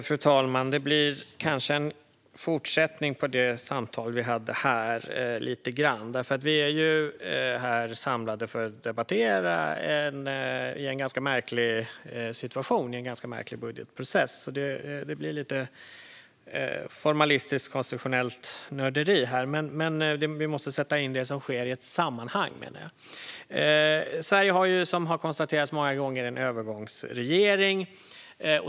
Fru talman! Det här blir kanske lite av en fortsättning på det samtal som jag och Martin Ådahl hade. Vi är samlade här för att debattera i en ganska märklig budgetprocess. Då blir det lite formalistiskt konstitutionellt nörderi. Men vi måste sätta in det som sker i ett sammanhang. Sverige har, vilket har konstaterats många gånger, en övergångsregering.